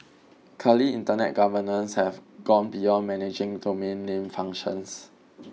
clearly Internet governance have gone beyond managing domain name functions